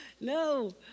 No